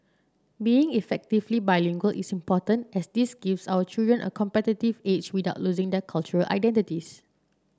being effectively bilingual is important as this gives our children a competitive edge without losing their cultural identities